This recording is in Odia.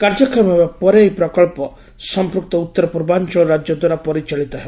କାର୍ଯ୍ୟକ୍ଷମ ହେବା ପରେ ଏହି ପ୍ରକଳ୍ପ ସମ୍ପୃକ୍ତ ଉତ୍ତର ପୂର୍ବାଞ୍ଚଳ ରାଜ୍ୟ ଦ୍ୱାରା ପରିଚାଳିତ ହେବ